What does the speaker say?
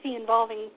involving